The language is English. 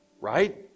Right